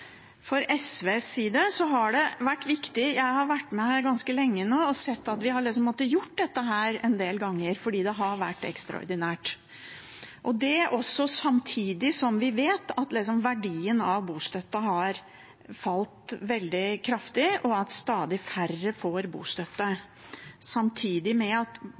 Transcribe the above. SVs side har det vært viktig – jeg har vært med her ganske lenge nå, og jeg har sett at vi har måttet gjøre dette en del ganger fordi det har vært ekstraordinært. Samtidig vet vi at verdien av bostøtten har falt veldig kraftig, og at stadig færre får bostøtte, samtidig som boligutgiftene er veldig, veldig mye høyere nå. Det betyr jo at